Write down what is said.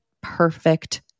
perfect